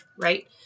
right